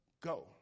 go